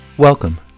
Welcome